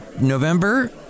November